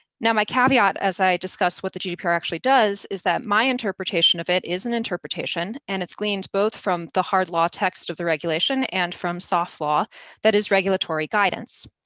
now my caveat, as i discuss what the gdpr actually does, is that my interpretation of it is an interpretation, and it's gleaned both from the hard law text of the regulation and from soft law that is regulatory guidance.